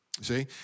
See